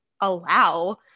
allow